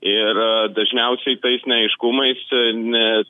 ir dažniausiai tais neaiškumais čia ne